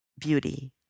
beauty